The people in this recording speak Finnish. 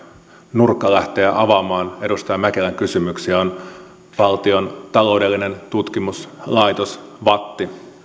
nurkka lähteä avaamaan edustaja mäkelän kysymyksiä on valtion taloudellinen tutkimuslaitos vatt